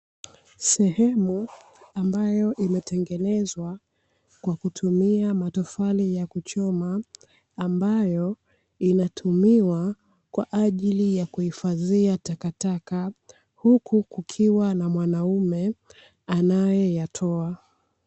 Sehemu ambayo imetengenezwa kwa kutumia matofali ya kuchoma ambayo inatumiwa kwa ajili ya kuifadhia takataka, huku kukiwa na mwanaume anaye yatoa.